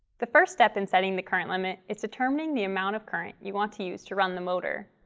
the first step in setting the current limit is determining the amount of current you want to use to run the motor.